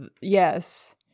Yes